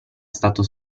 stato